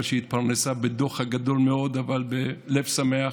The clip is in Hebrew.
אבל שהתפרנסה בדוחק גדול מאוד אבל בלב שמח,